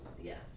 Yes